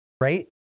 Right